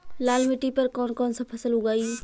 लाल मिट्टी पर कौन कौनसा फसल उगाई?